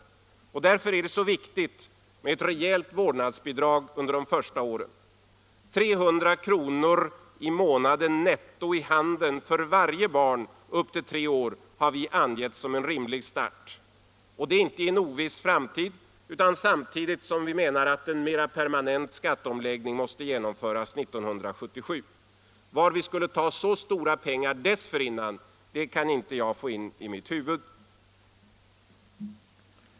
Därför är det så viktigt med ett rejält vårdnadsbidrag under de första åren. 300 kr. i månaden netto i handen för varje barn upp till tre år har vi angett som en rimlig start. Och det inte i en oviss framtid utan samtidigt som en mera permanent skatteomläggning genomförs 1977.